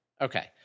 Okay